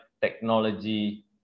technology